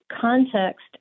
context